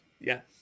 Yes